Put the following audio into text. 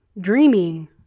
dreaming